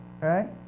right